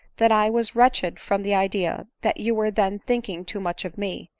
that i was wretched from the idea that you were then thinking too much of me,